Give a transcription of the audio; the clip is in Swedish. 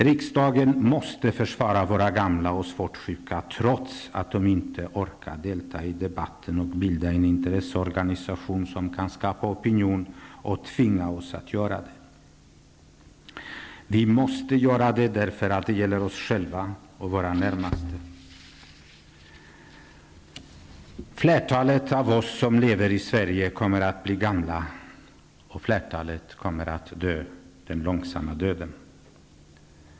Riksdagen måste försvara våra gamla och svårt sjuka, trots att de inte orkar delta i debatten och bilda en intresseorganisation som kan skapa opinion och tvinga oss att göra det. Vi måste göra det därför att detta gäller oss själva och våra närmaste. Flertalet av oss som lever i Sverige kommer att bli gamla, och flertalet kommer att dö den långsamma döden.